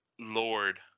Lord